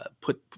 put